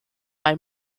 bei